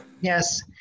Yes